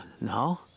No